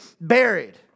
buried